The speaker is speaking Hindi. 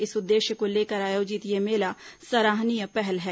इस उद्देश्य को लेकर आयोजित यह मेला सराहनीय पहल है